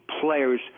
players